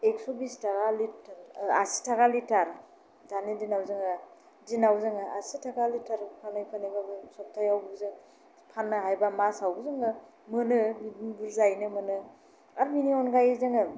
एक्स' बिसथाखा लिटार आसिथाखा लिटार दानि दिनाव जोङो दिनाव जोङो आसिथाखा लिटार फानै फानैब्लाबो सबथायाव बिदिनो फाननो हायोब्ला मासावनो जोङो मोनो बिदिनो बुरजायैनो मोनो आरो बेनि अनगायैबो जोङो